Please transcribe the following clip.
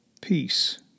peace